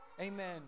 Amen